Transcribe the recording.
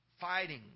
Fighting